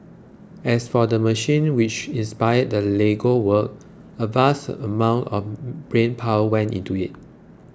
as for the machine which inspired the Lego work a vast amount of brain power went into it